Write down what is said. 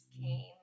came